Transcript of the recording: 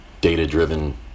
data-driven